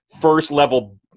first-level